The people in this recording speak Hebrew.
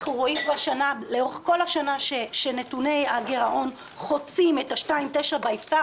אנחנו רואים לאורך כל השנה שנתוני הגירעון חוצים את ה-2.9% by far,